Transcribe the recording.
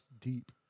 deep